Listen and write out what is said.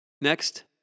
Next